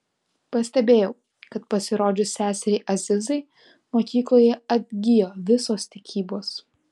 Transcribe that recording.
pastebėjau kad pasirodžius seseriai azizai mokykloje atgijo visos tikybos